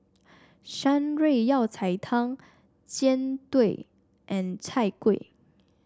Shan Rui Yao Cai Tang Jian Dui and Chai Kuih